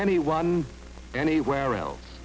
anyone anywhere else